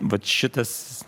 vat šitas